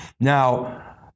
Now